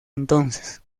entonces